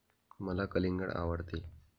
मला कलिंगड आवडते